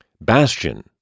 Bastion